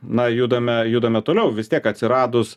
na judame judame toliau vis tiek atsiradus